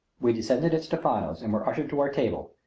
we descended at stephano's and were ushered to our table,